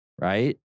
right